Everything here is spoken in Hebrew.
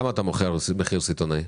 בכמה אתה מוכר במחיר סיטונאי?